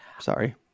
sorry